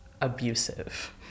abusive